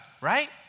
right